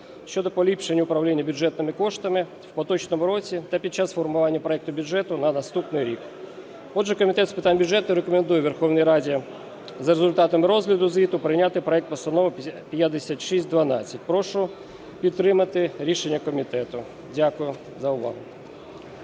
щодо поліпшення управління бюджетними коштами в поточному році та під час формування проекту бюджету на наступний рік. Отже, комітет з питань бюджету рекомендує Верховній Раді за результатами розгляду звіту прийняти проект Постанови 5612. Прошу підтримати рішення комітету. Дякую за увагу.